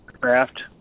craft